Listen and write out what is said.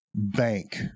Bank